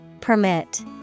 Permit